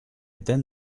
then